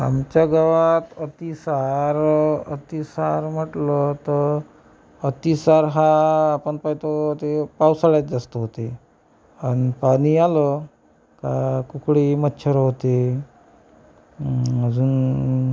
आमच्या गावात अतिसार अतिसार म्हटलं तर अतिसार हा आपण पाहतो ते पावसाळ्यात जास्त होते आणि पाणी आलं का कुकडी मच्छरं होते अजून